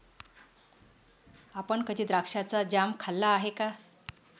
आपण कधी द्राक्षाचा जॅम खाल्ला आहे का?